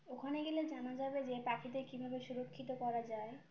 ওখানে গেলে জানা যাবে যে পাখিদের কীভাবে সুরক্ষিত করা যায়